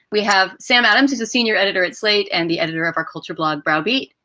we have sam adams is a senior editor at slate and the editor of our culture blog browbeat.